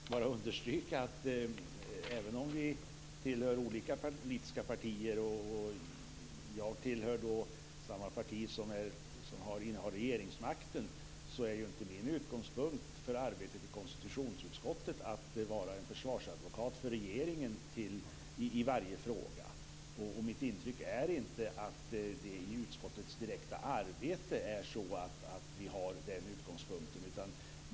Fru talman! Jag vill bara understryka att även om vi tillhör olika politiska partier - och jag tillhör samma parti som innehar regeringsmakten - är inte min utgångspunkt för arbetet i konstitutionsutskottet att vara en försvarsadvokat för regeringen i varje fråga. Mitt intryck är inte att det i utskottets direkta arbete är så att vi har den utgångspunkten.